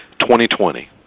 2020